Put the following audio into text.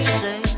say